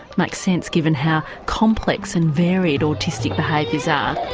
makes sense given how complex and varied autistic behaviours are.